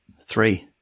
Three